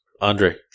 Andre